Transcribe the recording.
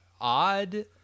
odd